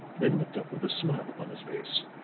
then looked up with a smile upon his face.